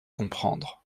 comprendre